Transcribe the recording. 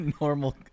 Normal